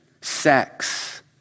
sex